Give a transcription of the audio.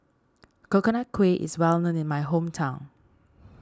Coconut Kuih is well known in my hometown